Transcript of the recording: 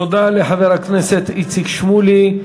תודה לחבר הכנסת איציק שמולי.